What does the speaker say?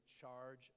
charge